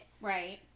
Right